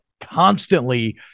constantly